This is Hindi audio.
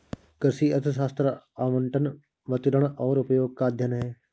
कृषि अर्थशास्त्र आवंटन, वितरण और उपयोग का अध्ययन है